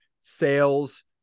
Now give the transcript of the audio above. sales